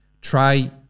Try